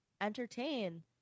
entertain